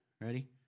Ready